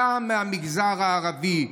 גם מהמגזר הערבי,